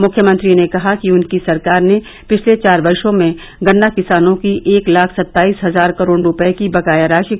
मुख्यमंत्री ने कहा कि उनकी सरकार ने पिछले चार वर्षों में गन्ना किसानों की एक लाख सत्ताईस हजार करोड़ रूपए की बकाया राशि का भुगतान किया है